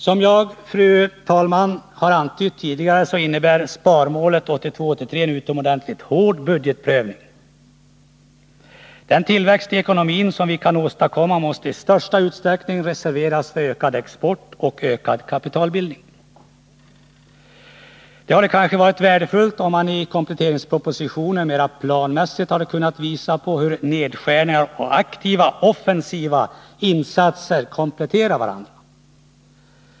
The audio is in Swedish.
Som jag har antytt tidigare, fru talman, innebär sparmålet 1982/83 en utomordentligt hård budgetprövning. Den tillväxt i ekonomin som vi kan åstadkomma måste i största utsträckning reserveras för ökad export och ökad kapitalbildning. Det hade kanske varit värdefullt om man i kompletteringspropositionen mera planmässigt hade kunnat visa på hur nedskärningar och aktiva offensiva insatser kompletterar varandra.